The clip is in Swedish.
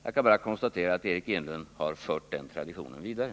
Jag kan bara konstatera att Eric Enlund har fört den traditionen vidare.